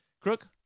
Crook